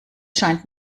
scheint